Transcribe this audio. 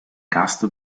cast